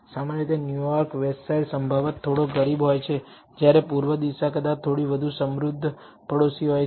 સામાન્ય રીતે New York westside સંભવત થોડો ગરીબ હોય છે જ્યારે પૂર્વ દિશા કદાચ થોડી વધુ સમૃદ્ધ પડોશી હોય છે